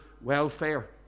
welfare